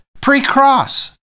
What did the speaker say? Pre-cross